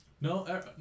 No